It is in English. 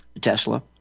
Tesla